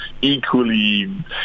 equally